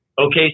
okay